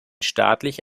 staatlich